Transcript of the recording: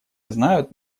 знают